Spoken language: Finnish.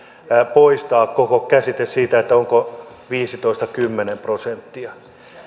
poistaa koko käsite siitä onko viisitoista viiva kymmenen prosenttia